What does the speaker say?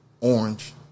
orange